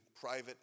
private